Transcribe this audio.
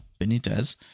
Benitez